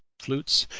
flutes,